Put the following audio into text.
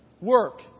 work